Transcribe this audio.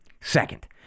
Second